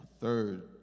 third